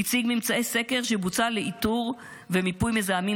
הציג ממצאי סקר שבוצע לאיתור ומיפוי מזהמים